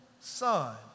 son